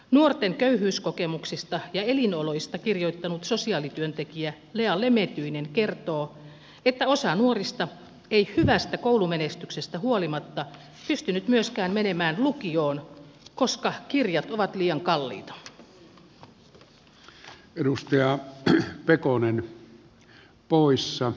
nuorten köyhyyskokemuksista ja elinoloista kirjoittanut sosiaalityöntekijä lea lemetyinen kertoo että osa nuorista ei hyvästä koulumenestyksestä huolimatta pystynyt myöskään menemään lukioon koska kirjat ovat liian kalliita